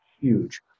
huge